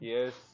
Yes